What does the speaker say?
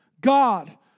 God